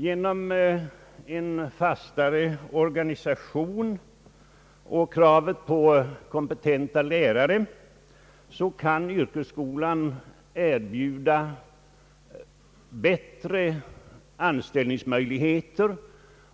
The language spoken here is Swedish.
Genom en fastare organisation och kravet på kompetenta lärare kan yrkesskolan erbjuda bättre anställningsmöjligheter